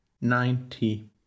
ninety